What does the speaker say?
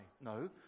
no